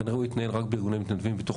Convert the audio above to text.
כנראה הוא יתנהל רק בארגוני מתנדבים בתוך